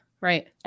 right